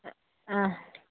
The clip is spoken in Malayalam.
ആ